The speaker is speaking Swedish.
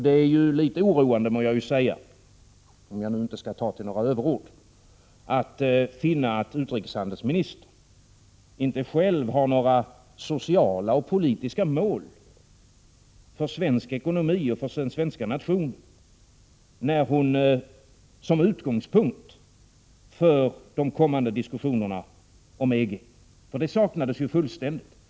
Det är litet oroande, må jag säga — om jag nu inte skall ta till några överord — att finna att utrikeshandelsministern inte själv har några sociala och politiska mål för svensk ekonomi och för den svenska nationen som utgångspunkt för de kommande diskussionerna om EG. Detta saknades ju fullständigt.